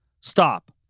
stop